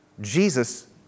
Jesus